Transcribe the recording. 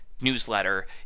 newsletter